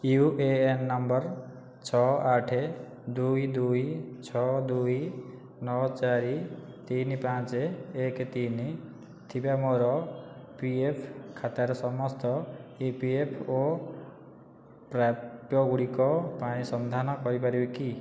you A N number ଛଅ ଆଠେ ଦୁଇ ଦୁଇ ଛଅ ଦୁଇ ନଅ ଚାରି ତିନି ପାଞ୍ଚେ ଏକ ତିନି ଥିବା ମୋର ପି ଏଫ୍ ଖାତାର ସମସ୍ତ ଇ ପି ଏଫ୍ ଓ ପ୍ରାପ୍ୟଗୁଡ଼ିକ ପାଇଁ ସନ୍ଧାନ କରିପାରିବେ କି